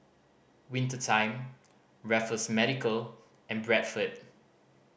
Winter Time Raffles Medical and Bradford